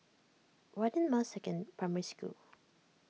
Radin Masecond Primary School